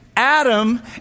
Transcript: Adam